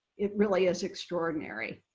it really is extraordinary.